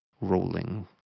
rolling